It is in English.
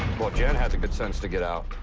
well, jen had the good sense to get out,